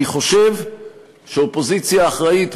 אני חושב שאופוזיציה אחראית,